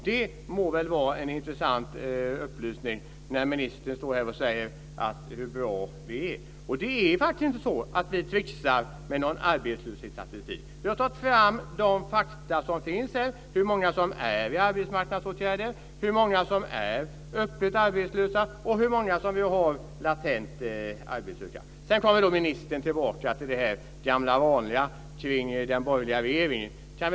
Det må väl vara en intressant upplysning när ministern står här och säger hur bra vi är. Det är faktiskt inte så att vi tricksar med någon arbetslöshetsstatistik. Vi har tagit fram de fakta som finns om hur många som är i arbetsmarknadsåtgärder, hur många som är öppet arbetslösa och hur många latent arbetslösa vi har. Sedan kommer ministern tillbaka till det gamla vanliga med den borgerliga regeringen.